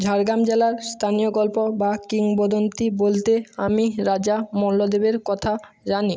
ঝাড়গ্রাম জেলার স্তানীয় গল্প বা কিংবদন্তী বলতে আমি রাজা মল্লদেবের কথা জানি